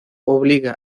obliga